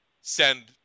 send